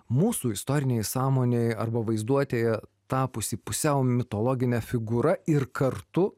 mūsų istorinėj sąmonėj arba vaizduotėje tapusį pusiau mitologine figūra ir kartu